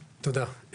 תודה.